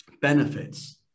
benefits